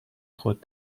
خود